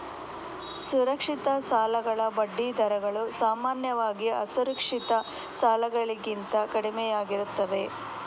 ಸುರಕ್ಷಿತ ಸಾಲಗಳ ಬಡ್ಡಿ ದರಗಳು ಸಾಮಾನ್ಯವಾಗಿ ಅಸುರಕ್ಷಿತ ಸಾಲಗಳಿಗಿಂತ ಕಡಿಮೆಯಿರುತ್ತವೆ